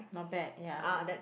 not bad ya